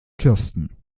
kirsten